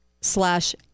slash